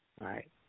right